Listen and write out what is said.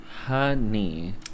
honey